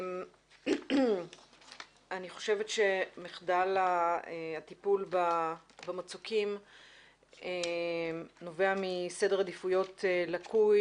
אני חושבת שמחדל הטיפול במצוקים נובע מסדר עדיפויות לקוי.